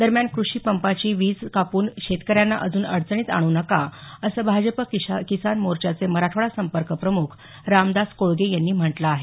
दरम्यान कृषी पंपाची विज कापून शेतकऱ्यांना अजून अडचणीत आणू नका असं भाजप किसान मोर्चाचे मराठवाडा संपर्क प्रमुख रामदास कोळगे यांनी म्हटलं आहे